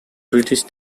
british